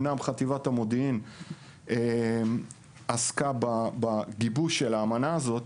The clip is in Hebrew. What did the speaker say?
אמנם חטיבת המודיעין עסקה בגיבוש של האמנה הזאת,